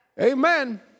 amen